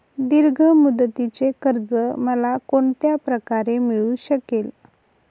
दीर्घ मुदतीचे कर्ज मला कोणत्या प्रकारे मिळू शकेल?